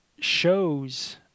shows